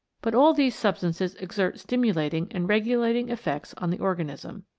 but all these substances exert stimulating and regulating effects on the organism.